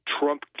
Trump